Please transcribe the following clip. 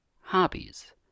Hobbies